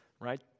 right